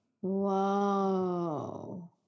Whoa